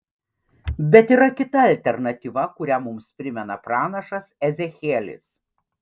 bet yra kita alternatyva kurią mums primena pranašas ezechielis